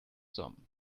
some